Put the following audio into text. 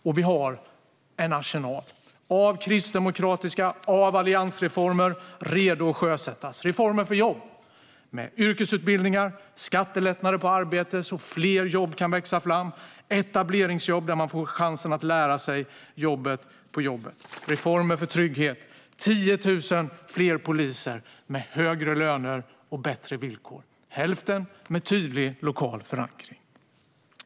Och vi har en arsenal av kristdemokratiska reformer och alliansreformer redo att sjösättas. Vi har reformer för jobb med yrkesutbildningar, skattelättnader på arbete så att fler jobb kan växa fram och etableringsjobb där man får chansen att lära sig jobbet på jobbet. Vi har reformer för trygghet - 10 000 fler poliser med högre löner och bättre villkor, hälften med tydlig lokal förankring.